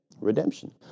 Redemption